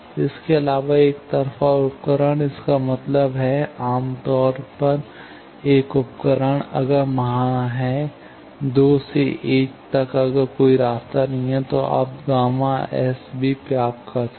इसके अलावा एकतरफा उपकरण इसका मतलब है आम तौर पर एक उपकरण अगर वहाँ है 2 से 1 तक अगर कोई रास्ता नहीं है तो आप Γ¿ भी प्राप्त कर सकते हैं